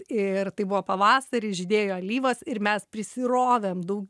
ir tai buvo pavasarį žydėjo alyvos ir mes prisirovėm daug